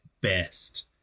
best